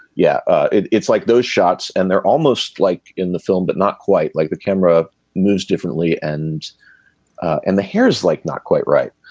yeah it's like those shots and they're almost like in the film but not quite like the camera moves differently and and the hair's like not quite right.